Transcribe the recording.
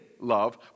love